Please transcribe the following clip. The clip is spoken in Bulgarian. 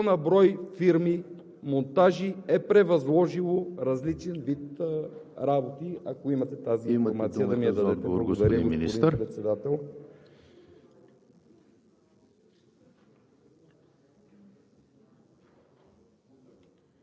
от това, което е предприето като ремонтни дейности, на колко на брой фирми „Монтажи“ е превъзложило различен вид работи? Ако имате тази информация, да ми я дадете. Благодаря, господин Председател.